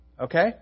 Okay